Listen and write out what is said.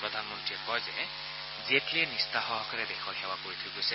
প্ৰধানমন্ৰীয়ে কয় যে জেটলীয়ে নিষ্ঠাসহকাৰে দেশৰ সেৱা কৰি থৈ গৈছে